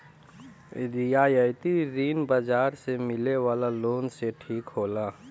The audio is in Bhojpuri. रियायती ऋण बाजार से मिले वाला लोन से ठीक होला